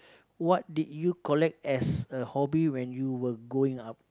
what did you collect as a hobby when you were growing up